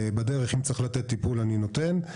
בדרך אם צריך לתת טיפול אני נותן.